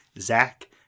Zach